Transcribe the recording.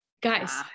Guys